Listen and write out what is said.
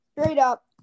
Straight-up